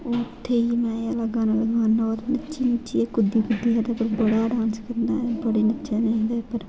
उ'त्थें ही में एह् आह्ला गाना लोआना होर नच्ची नच्चियै कुद्दी कुद्दियै ते बड़ा डांस करना ऐ बड़े नच्चे एह्दे उप्पर